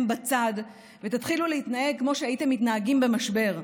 בצד ותתחילו להתנהג כמו שהייתם מתנהגים במשבר.